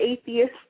atheist